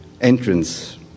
entrance